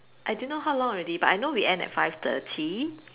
I don't know how long already but I know we end at five thirty